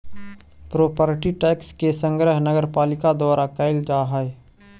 property tax के संग्रह नगरपालिका द्वारा कैल जा हई